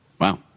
wow